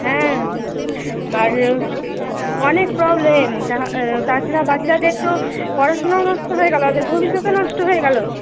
হ্যাঁ বাইরেও অনেক প্রবলেম তা তাছাড়া বাচ্চাদের তো পড়াশুনোও নষ্ট হয়ে গেলো ওদের ভবিষ্যতও নষ্ট হয়ে গেলো